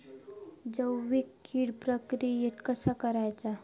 जैविक कीड प्रक्रियेक कसा करायचा?